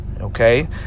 Okay